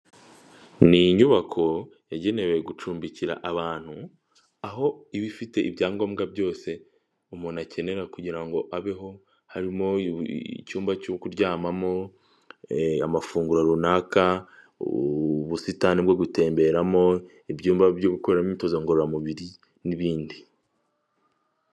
Isoko ry'ibiribwa ritubatse ririmo uruva n'uruza rw'abantu biganjemo abagore abacuruzi ndetse n'abaje guhaha ibiribwa birimo ibitoki, amateke, karoti ndetse n'imbuto nk'imineke n'ibindi bitandukanye.